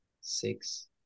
six